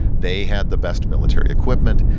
they had the best military equipment.